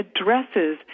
addresses